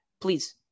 please